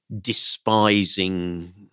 despising